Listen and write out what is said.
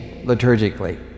liturgically